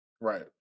Right